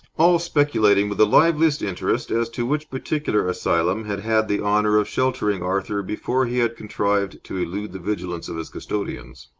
all speculating with the liveliest interest as to which particular asylum had had the honour of sheltering arthur before he had contrived to elude the vigilance of his custodians.